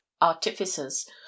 artificers